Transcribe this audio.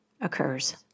occurs